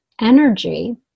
energy